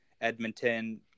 Edmonton